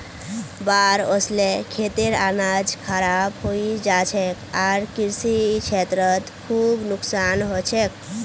बाढ़ वस ल खेतेर अनाज खराब हई जा छेक आर कृषि क्षेत्रत खूब नुकसान ह छेक